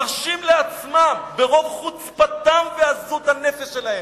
מרשים לעצמם ברוב חוצפתם ועזות הנפש שלהם,